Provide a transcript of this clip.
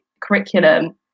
curriculum